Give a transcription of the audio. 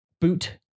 Boot